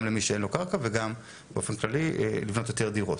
גם למי שאין לו קרקע וגם באופן כללי לבנות יותר דירות.